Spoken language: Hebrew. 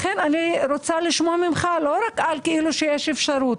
לכן אני רוצה לשמוע ממך לא רק שיש אפשרות.